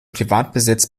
privatbesitz